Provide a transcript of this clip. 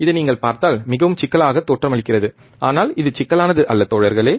இதை நீங்கள் பார்த்தால் மிகவும் சிக்கலாக தோற்றமளிக்கிறது ஆனால் இது சிக்கலானது அல்ல தோழர்களே